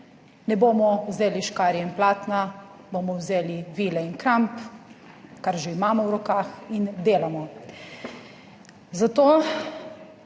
Ne bomo vzeli škarje in platna, bomo vzeli vile in kramp, kar že imamo v rokah in delamo.